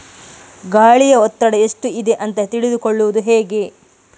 ಗಾಳಿಯ ಒತ್ತಡ ಎಷ್ಟು ಇದೆ ಅಂತ ತಿಳಿದುಕೊಳ್ಳುವುದು ಹೇಗೆ?